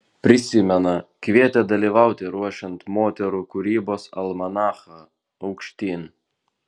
prisimena kvietė dalyvauti ruošiant moterų kūrybos almanachą aukštyn